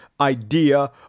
idea